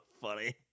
funny